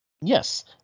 Yes